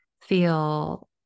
feel